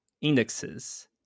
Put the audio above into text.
indexes